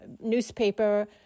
newspaper